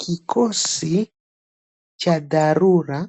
Kikosi cha dharura